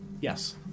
Yes